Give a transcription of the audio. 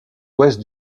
ouest